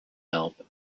help